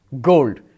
Gold